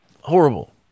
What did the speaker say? horrible